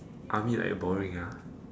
army like boring ah